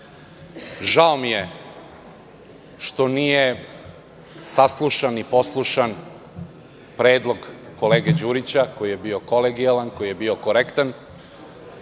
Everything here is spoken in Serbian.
Žao mi je što nije saslušan i poslušan predlog kolege Đurića, koji je bio kolegijalan, koji je bio korektan